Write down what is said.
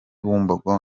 bumbogo